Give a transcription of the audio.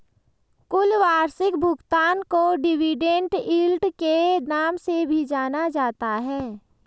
कुल वार्षिक भुगतान को डिविडेन्ड यील्ड के नाम से भी जाना जाता है